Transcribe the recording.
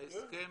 ההסכם